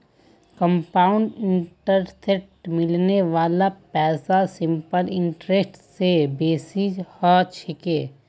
compound इंटरेस्टत मिलने वाला पैसा सिंपल इंटरेस्ट स बेसी ह छेक